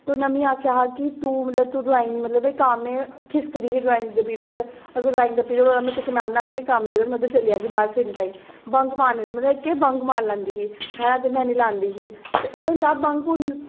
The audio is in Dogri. ते उ'नें मिं आखेआ हा की तूं मतलब कि तूं ड्राइंग मतलब कम्म एह् में खिस्कदी ही ड्राइंग दे पिरियड च अगर ड्राइंग दा पिरियड होए में कुसै मैम ने आखना मीं कम्म देई ओड़ में उद्धर चली जाह्गी बंक मारनी मतलब केह् बंक मारी लैंदी ही ते एह् होंदा